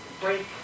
break